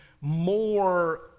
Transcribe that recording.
more